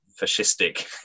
fascistic